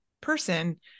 person